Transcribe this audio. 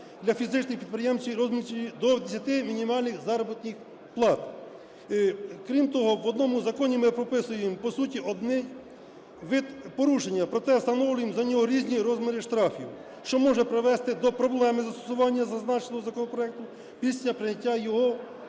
для фізичних осіб - підприємців – в розмірі до 10 мінімальних заробітних плат. Крім того, в одному законі ми прописуємо по суті один вид порушення, проте встановлюємо за нього різні розміри штрафів, що може привести до проблеми застосування зазначеного законопроекту після прийняття його